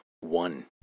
one